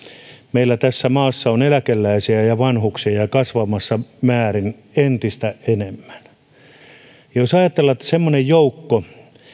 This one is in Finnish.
meillä tässä maassa on eläkeläisiä ja ja vanhuksia kasvavassa määrin entistä enemmän että semmoinen joukko